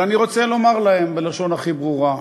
אבל אני רוצה לומר להם בלשון הכי ברורה: